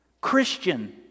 Christian